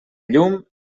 llum